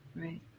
Right